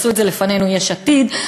עשו את זה לפנינו יש עתיד,